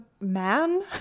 man